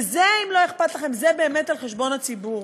וזה, אם לא אכפת לכם, זה באמת על חשבון הציבור.